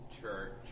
church